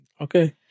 Okay